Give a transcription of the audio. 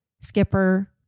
Skipper